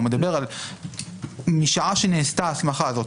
הוא מדבר על כך שמשעה שנעשתה ההסמכה הזאת